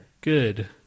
Good